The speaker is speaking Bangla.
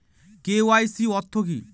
কে.ওয়াই.সি অর্থ কি?